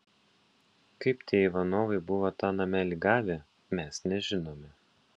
kaip tie ivanovai buvo tą namelį gavę mes nežinome